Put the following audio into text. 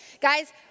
Guys